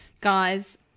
Guys